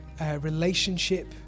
relationship